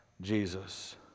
Jesus